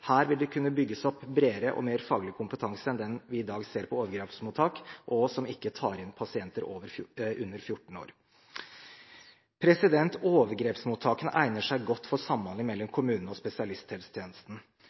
Her vil det nå kunne bygges opp en bredere og mer faglig kompetanse enn den vi i dag ser på overgrepsmottak, og som kun tar inn pasienter over 14 år. Overgrepsmottakene egner seg godt for samhandling mellom